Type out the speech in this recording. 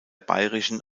bayerischen